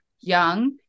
young